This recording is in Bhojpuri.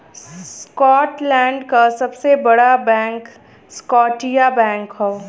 स्कॉटलैंड क सबसे बड़ा बैंक स्कॉटिया बैंक हौ